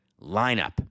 lineup